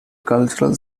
cultural